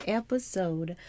episode